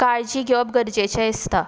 काळजी घेवप गरजेचें दिसता